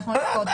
הלכנו לכותל.